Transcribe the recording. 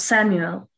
Samuel